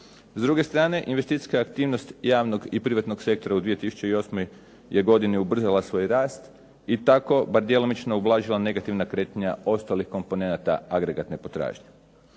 S druge strane investicijska aktivnost javnog i privatnog sektora u 2008. godini je ubrzala svoj rast i tako bar djelomično ublažila negativna kretanja ostalih komponenata agregatne potražnje.